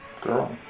girl